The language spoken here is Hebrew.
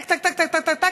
טק-טק-טק-טק,